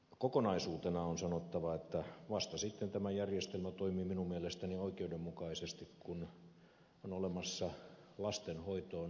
kokonaisuutena on sanottava että vasta sitten tämä järjestelmä toimii minun mielestäni oikeudenmukaisesti kun on olemassa lastenhoitoon hoivaseteli